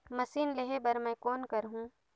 Machine लेहे बर मै कौन करहूं?